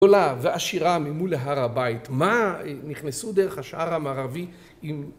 גדולה ועשירה ממול להר הבית, מה, נכנסו דרך השער המערבי עם